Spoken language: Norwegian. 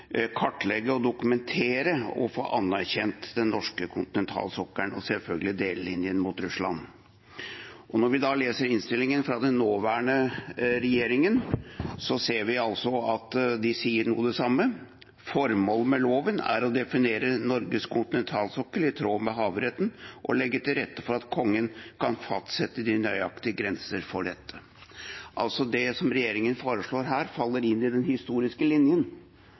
kartlegge og dokumentere og få anerkjent den norske kontinentalsokkelen og selvfølgelig delelinjen mot Russland. Når vi leser innstillingen fra den nåværende regjeringen, ser vi at de sier noe av det samme: «Formålet med loven er å definere Norges kontinentalsokkel i tråd med havretten og legge til rette for at Kongen kan fastsette de nøyaktige grensene for denne.» Det regjeringen foreslår her, faller altså inn i den historisk linjen,